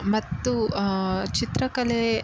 ಮತ್ತು ಚಿತ್ರಕಲೆ